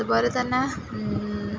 അതുപോലെ തന്നെ